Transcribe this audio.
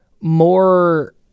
more